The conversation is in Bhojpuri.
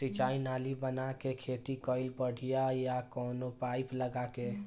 सिंचाई नाली बना के खेती कईल बढ़िया ह या कवनो पाइप लगा के?